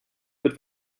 mit